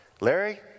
Larry